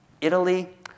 Italy